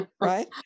right